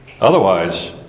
Otherwise